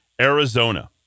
Arizona